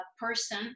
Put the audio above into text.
person